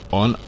on